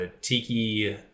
tiki